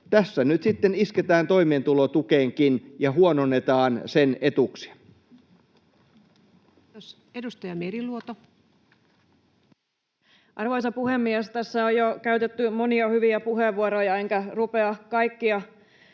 Tässä nyt sitten isketään toimeentulotukeenkin ja huononnetaan sen etuuksia. Kiitos. — Edustaja Meriluoto. Arvoisa puhemies! Tässä on jo käytetty monia hyviä puheenvuoroja, enkä rupea kaikkia